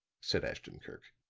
said ashton-kirk.